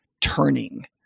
turning